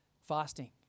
fasting